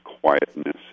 quietness